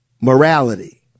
morality